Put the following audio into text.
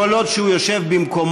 כל עוד הוא יושב במקומו,